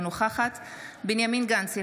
אינה נוכחת בנימין גנץ,